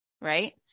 Right